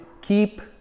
Keep